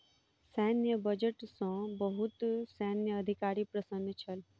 सैन्य बजट सॅ बहुत सैन्य अधिकारी प्रसन्न छल